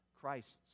Christ's